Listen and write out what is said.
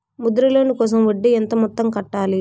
Mudra loan కోసం వడ్డీ ఎంత మొత్తం కట్టాలి